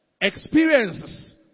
experiences